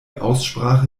aussprache